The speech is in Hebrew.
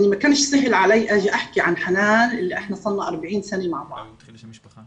חנאן היטיבה לדבר בכמה שפות כדי להביע את מחשבותיה ואת רגשותיה.